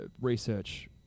research